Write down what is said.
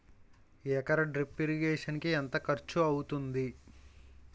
ఎకర drip irrigation కి ఎంత ఖర్చు అవుతుంది?